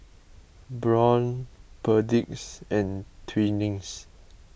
Braun Perdix and Twinings